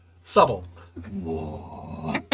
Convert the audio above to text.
Subtle